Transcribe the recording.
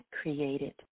created